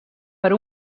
per